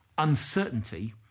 uncertainty